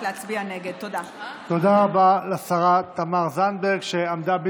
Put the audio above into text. הצעת החוק עלולה לעורר קשיים ביחס לדיני זכויות האדם שבמשפט